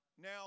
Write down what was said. Now